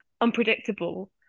unpredictable